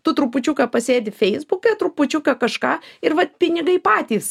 tu trupučiuką pasėdi feisbuke trupučiuką kažką ir vat pinigai patys